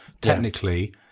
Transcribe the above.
technically